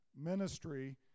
ministry